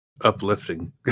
uplifting